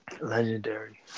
Legendary